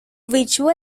visual